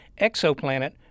exoplanet